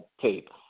tape